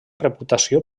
reputació